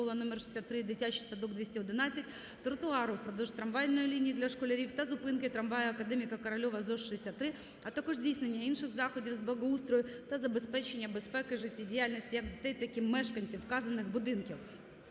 школа № 63 і дитячий садок № 211, тротуару впродовж трамвайної лінії для школярів та зупинки трамваю "Академіка Корольова - ЗОШ № 63", а також здійснення інших заходів з благоустрою та забезпечення безпеки життєдіяльності як дітей, так і мешканців вказаних будинків.